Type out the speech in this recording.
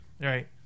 Right